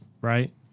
Right